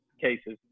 cases